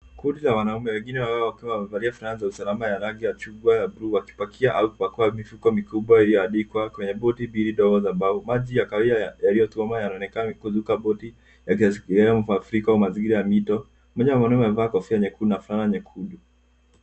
Kundi la wanaume wengine ambao wakiwa wamevalia fulana za usalama ya rangi ya chungwa na buluu wakipakia au kupakua mifuko mikubwa iliyoanikwa kwenye boti mbili ndogo za mbao. Maji ya kawaida yaliyotuama yanaonekana kuzunguka boti yakiashiria mafuriko , mazingira ya mito. Mmoja wa wanaume amevaa kofia nyekundu na fulana nyekundu.